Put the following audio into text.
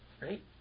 Right